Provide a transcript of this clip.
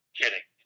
kidding